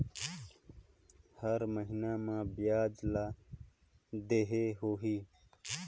हर महीना मा ब्याज ला देहे होही?